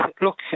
look